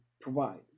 provide